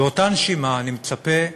באותה נשימה אני מצפה,